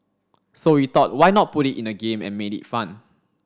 so we thought why not put it in a game and made it fun